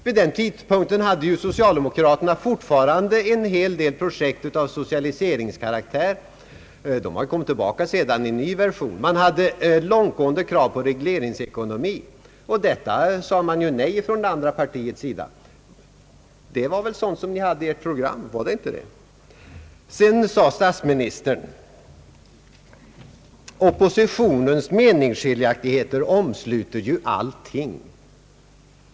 Vid den tidpunkten hade socialdemokraterna fortfarande en hel del projekt av socialiseringskaraktär. De kom tillbaka sedan i ny version. Man hade långtgående krav på regleringsekonomi, och dem sade man nej till från det andra partiets sida. Detta var väl sådant som ni hade i ert program? Var det inte det? Statsministern sade, att oppositionens meningsskiljaktigheter omsluter allting.